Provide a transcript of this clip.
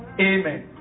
Amen